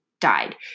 died